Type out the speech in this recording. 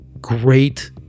great